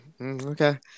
okay